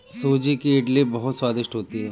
सूजी की इडली बहुत स्वादिष्ट होती है